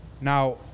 Now